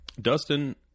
Dustin